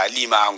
Lima